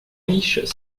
riches